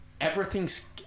everything's